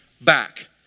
back